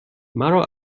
مرا